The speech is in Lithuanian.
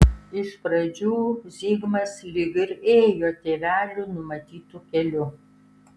iš pradžių zigmas lyg ir ėjo tėvelių numatytu keliu